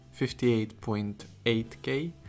58.8k